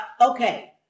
Okay